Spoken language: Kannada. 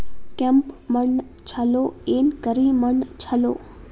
ಕೆಂಪ ಮಣ್ಣ ಛಲೋ ಏನ್ ಕರಿ ಮಣ್ಣ ಛಲೋ?